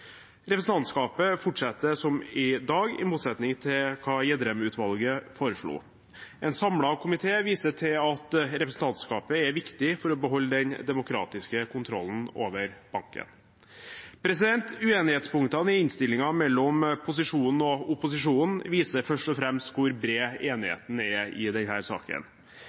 Representantskapet fortsetter som i dag, i motsetning til hva Gjedrem-utvalget foreslo. En samlet komité viser til at representantskapet er viktig for å beholde den demokratiske kontrollen over banken. Uenighetspunktene mellom posisjonen og opposisjonen i innstillingen viser først og fremst hvor bred enigheten er i denne saken.